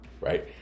Right